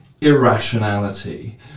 irrationality